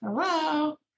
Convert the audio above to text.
Hello